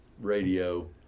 radio